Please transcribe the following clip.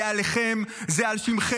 זה עליכם, זה על שמכם.